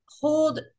hold